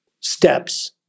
steps